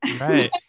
right